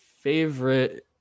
favorite